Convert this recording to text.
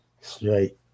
straight